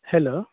hello